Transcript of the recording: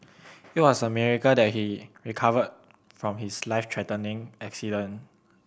it was a miracle that he recovered from his life threatening accident